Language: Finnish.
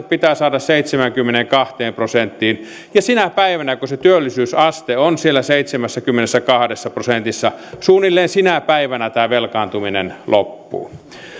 pitää saada seitsemäänkymmeneenkahteen prosenttiin ja sinä päivänä kun se työllisyysaste on siellä seitsemässäkymmenessäkahdessa prosentissa suunnilleen sinä päivänä tämä velkaantuminen loppuu